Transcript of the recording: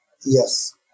yes